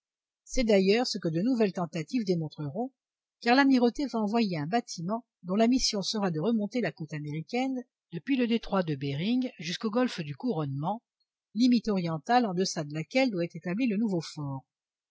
c'est d'ailleurs ce que de nouvelles tentatives démontreront car l'amirauté va envoyer un bâtiment dont la mission sera de remonter la côte américaine depuis le détroit de behring jusqu'au golfe du couronnement limite orientale en deçà de laquelle doit être établi le nouveau fort